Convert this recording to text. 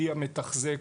היא המתחזק,